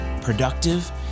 productive